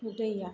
दैआ